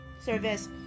service